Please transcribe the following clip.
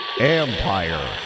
Empire